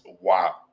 wow